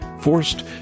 forced